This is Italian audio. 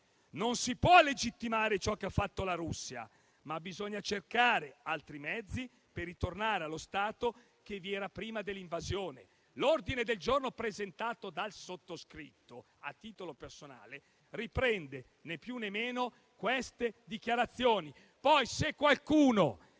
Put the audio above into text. non si può legittimare ciò che ha fatto la Russia ma bisogna cercare altri mezzi per ritornare allo stato che vi era prima dell'invasione». L'ordine del giorno presentato dal sottoscritto a titolo personale riprende, né più né meno, queste dichiarazioni.